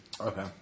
Okay